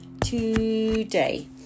today